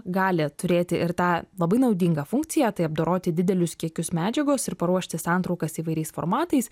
gali turėti ir tą labai naudingą funkciją tai apdoroti didelius kiekius medžiagos ir paruošti santraukas įvairiais formatais